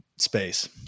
space